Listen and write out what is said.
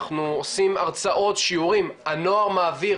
אנחנו עושים הרצאות שיעורים אני מעביר